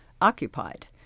occupied